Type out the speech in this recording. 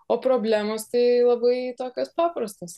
o problemos tai labai tokios paprastos